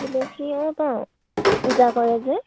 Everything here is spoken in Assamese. তুলসী অঁ পাওঁ পূজা কৰে যে